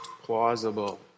plausible